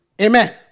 Amen